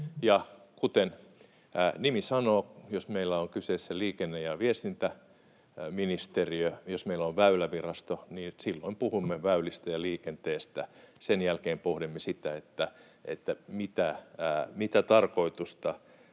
kuten nimi sanoo, jos meillä on kyseessä liikenne‑ ja viestintäministeriö, jos meillä on Väylävirasto, niin silloin puhumme väylistä ja liikenteestä. Sen jälkeen pohdimme sitä, mitä tarkoitusta